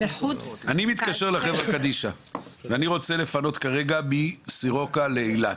אני מתקשר לחברה קדישא ואני רוצה לפנות מסורוקה לאילת.